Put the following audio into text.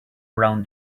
around